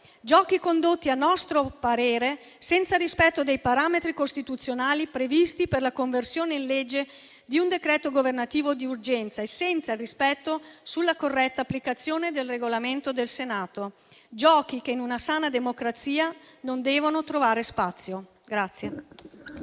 giochi condotti, a nostro parere, senza rispetto dei parametri costituzionali previsti per la conversione in legge di un decreto governativo di urgenza e senza rispetto della corretta applicazione del Regolamento del Senato. Giochi che in una sana democrazia non devono trovare spazio.